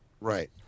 Right